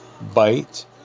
Bite